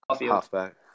Halfback